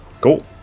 Cool